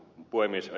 puhemies